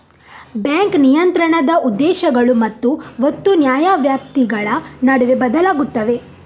bank ನಿಯಂತ್ರಣದ ಉದ್ದೇಶಗಳು ಮತ್ತು ಒತ್ತು ನ್ಯಾಯವ್ಯಾಪ್ತಿಗಳ ನಡುವೆ ಬದಲಾಗುತ್ತವೆ